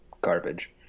garbage